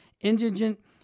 indigent